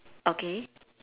okay